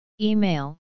Email